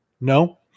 No